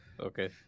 Okay